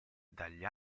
dagli